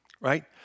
right